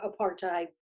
apartheid